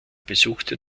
besuchte